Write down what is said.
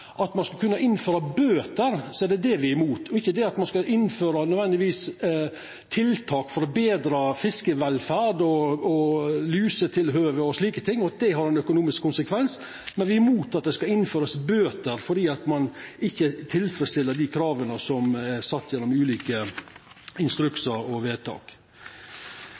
at ein skal kunna innføra bøter, så er det det me er imot, og ikkje det at me nødvendigvis skal innføra tiltak for å betra fiskevelferd og lusetilhøve og slike ting – det må ha ein økonomisk konsekvens. Me er imot at det skal innførast bøter fordi ein ikkje tilfredsstiller dei krava som er sette gjennom ulike instruksar og vedtak.